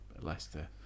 Leicester